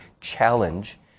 challenge